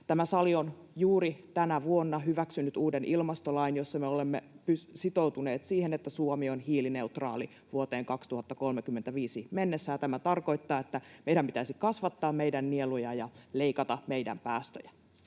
Tämä sali on juuri tänä vuonna hyväksynyt uuden ilmastolain, jossa me olemme sitoutuneet siihen, että Suomi on hiilineutraali vuoteen 2035 mennessä, ja tämä tarkoittaa, että meidän pitäisi kasvattaa meidän nieluja ja leikata meidän päästöjä.